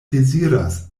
deziras